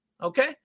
okay